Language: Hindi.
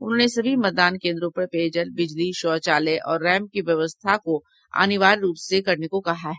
उन्होंने सभी मतदान केंद्रों पर पेयजल बिजली शौंचालय और रैम्प की व्यवस्था को अनिवार्य रूप से करने को कहा है